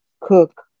cook